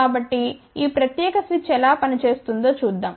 కాబట్టి ఈ ప్రత్యేక స్విచ్ ఎలా పనిచేస్తుందో చూద్దాం